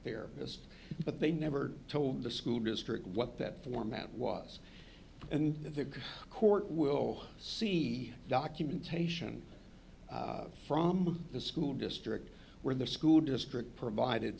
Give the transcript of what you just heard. there is but they never told the school district what that format was and that the court will see documentation from the school district where the school district provided